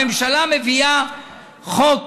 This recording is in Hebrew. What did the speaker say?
הממשלה מביאה חוק